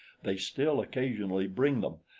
they still occasionally bring them,